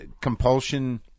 compulsion